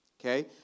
Okay